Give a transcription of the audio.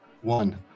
One